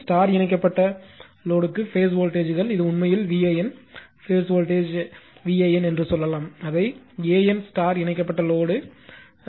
star இணைக்கப்பட்ட லோடுக்கு phase voltage கள் இது உண்மையில் VAN பேஸ் வோல்டேஜ் VAN என்று சொல்லலாம் அதை AN ஸ்டார் இணைக்கப்பட்ட லோடு ஆகிறது